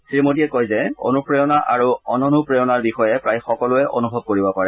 শ্ৰী মোদীয়ে কয় যে অনুপ্ৰেৰণা আৰু অননুপ্ৰেৰণাৰ বিষয়ে প্ৰায় সকলোৱে অনুভৱ কৰিব পাৰে